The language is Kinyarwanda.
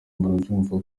murabyumva